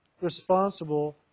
responsible